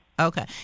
Okay